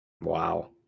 Wow